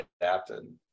adapted